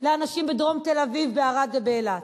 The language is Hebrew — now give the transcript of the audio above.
לאנשים בדרום תל-אביב, בערד ובאילת.